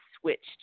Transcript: switched